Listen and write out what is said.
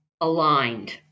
aligned